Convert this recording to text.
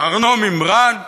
ארנו מימרן?